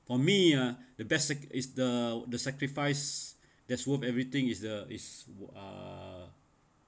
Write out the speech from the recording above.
for me uh the basic is the the sacrifice that's worth everything is the is uh